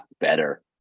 better